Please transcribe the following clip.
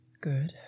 Good